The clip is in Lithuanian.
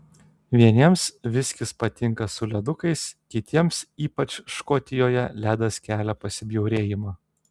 vieniems viskis patinka su ledukais kitiems ypač škotijoje ledas kelia pasibjaurėjimą